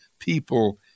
people